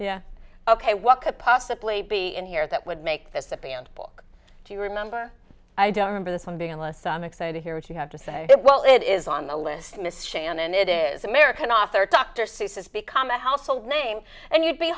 yeah ok what could possibly be in here that would make this a fan book do you remember i don't remember this one being less some excited to hear it you have to say well it is on the list miss shannon it is american author dr seuss has become a household name and you'd be